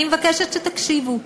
אני מבקשת שתקשיבו.